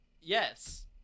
Yes